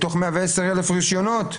מתוך 110,000 רישיונות,